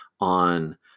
on